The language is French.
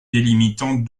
délimitant